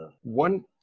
One